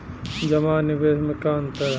जमा आ निवेश में का अंतर ह?